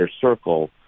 circle